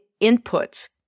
inputs